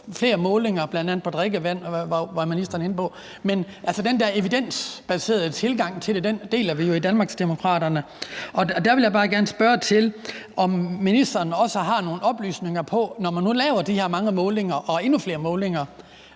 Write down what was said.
flere målinger, bl.a. på drikkevand. Altså, det med den evidensbaserede tilgang til det deler vi jo i Danmarksdemokraterne, og der vil jeg bare gerne spørge ministeren, om man, når man nu laver de her mange målinger og endnu flere målinger,